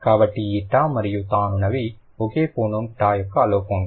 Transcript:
కాబట్టి ఈ టా మరియు థా అనునవి ఒకే ఫోనోమ్ టా యొక్క అలోఫోన్లు